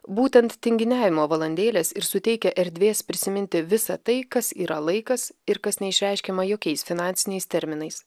būtent tinginiavimo valandėlės ir suteikia erdvės prisiminti visą tai kas yra laikas ir kas neišreiškiama jokiais finansiniais terminais